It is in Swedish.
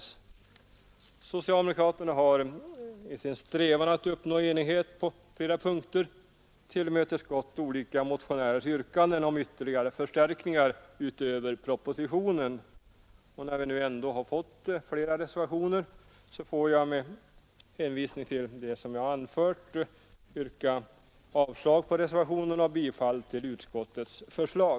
Socialdemokraterna har i sin strävan att uppnå enighet på flera punkter tillmötesgått olika motionärers yrkanden om ytterligare förstärkningar utöver propositionen. När vi ändå fått flera reservationer, får jag med hänvisning till det anförda yrka avslag på reservationerna och bifall till utskottets förslag.